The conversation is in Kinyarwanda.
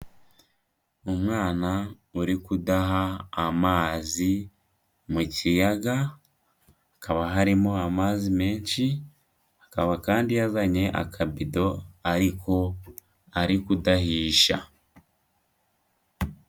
Umwana uri kudaha amazi mu kiyaga, hakaba harimo amazi menshi, akaba kandi yazanye akabido ariko ari kudahisha.